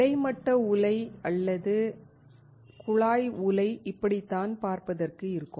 கிடைமட்ட உலை அல்லது குழாய் உலை இப்படித்தான் பார்ப்பதற்கு இருக்கும்